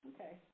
Okay